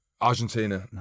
Argentina